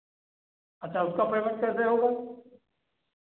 अच्छा उसका पेमेंट कैसे होगा